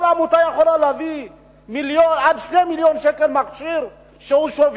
כל עמותה יכולה להביא מכשיר ששוויו